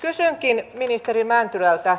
kysynkin ministeri mäntylältä